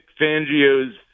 Fangio's